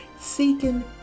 seeking